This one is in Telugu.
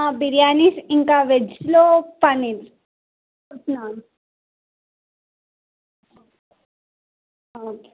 బిర్యానీస్ ఇంకా వెజ్లో పన్నీర్ ఉందా ఓకే